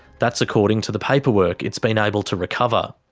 that's according to the paperwork it's been able to recover.